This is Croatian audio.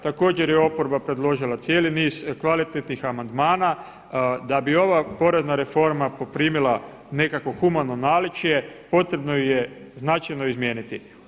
Također, je oporba predložila cijeli niz kvalitetnih amandmana da bi ova porezna reforma poprimila nekakvo humano naličje potrebno ju je značajno izmijeniti.